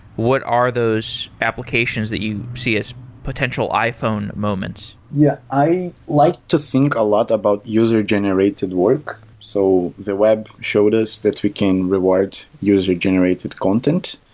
what are those applications that you see as potential iphone moments? yeah. i like to think a lot about user generated work. so the web showed us that we can reward user-generated content,